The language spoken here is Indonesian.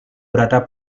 berada